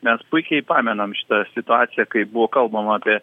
mes puikiai pamenam šitą situaciją kai buvo kalbama apie